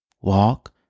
Walk